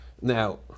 Now